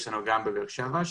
יש גם בבאר שבע,